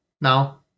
now